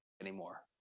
anymore